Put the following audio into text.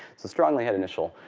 so strongly head initial.